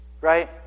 Right